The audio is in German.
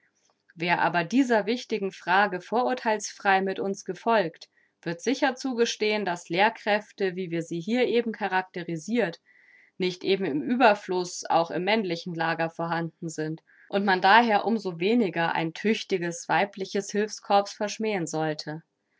wer aber dieser wichtigen frage vorurtheilsfrei mit uns gefolgt wird sicher zugestehen daß lehrkräfte wie wir sie hier eben characterisirt nicht eben im ueberfluß auch im männlichen lager vorhanden sind und man daher um so weniger ein tüchtiges weibliches hülfscorps verschmähen sollte